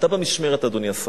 אתה במשמרת, אדוני השר,